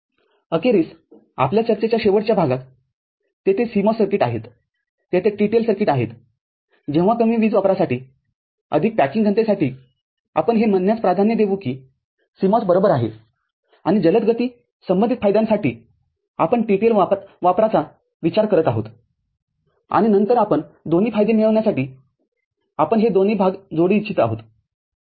अखेरीसआपल्या चर्चेच्या शेवटच्या भागात तेथे CMOS सर्किट आहेत तेथे TTL सर्किटआहेतजेव्हा कमी वीज वापरासाठी अधिक पॅकिंग घनतेसाठीआपण हे म्हणण्यास प्राधान्य देऊ कि CMOS बरोबर आहे आणि जलद गती आणि संबंधित फायद्यांसाठी आपण TTL वापराचा विचार करत आहोत आणि नंतर आपण दोन्ही फायदे मिळण्यासाठी आपण हे दोन्ही भाग जोडू इच्छित आहोत